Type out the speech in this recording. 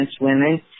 women